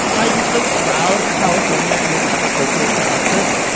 i'm so proud of california and its agricultural production,